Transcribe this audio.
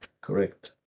correct